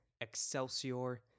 Excelsior